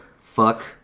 fuck